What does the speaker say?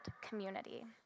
community